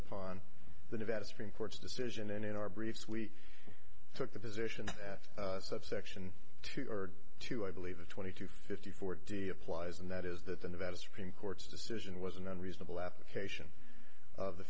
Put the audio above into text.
upon the nevada supreme court's decision and in our briefs we took the position at subsection to urge to i believe the twenty to fifty four d applies and that is that the nevada supreme court's decision was an unreasonable application of the